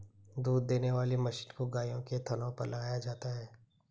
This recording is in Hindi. दूध देने वाली मशीन को गायों के थनों पर लगाया जाता है